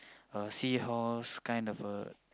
a seahorse kind of a